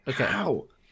okay